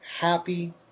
happy